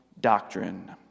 Doctrine